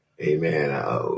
Amen